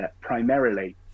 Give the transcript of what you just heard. primarily